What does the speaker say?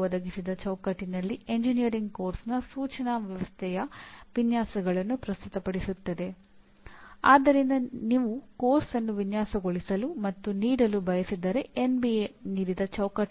ಮುಂದಿನ ಪಠ್ಯವು ಎಂಜಿನಿಯರಿಂಗ್ ಕಾರ್ಯಕ್ರಮಗಳ ವಿನ್ಯಾಸ ಮತ್ತು ನಡವಳಿಕೆಯಲ್ಲಿ